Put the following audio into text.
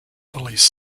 police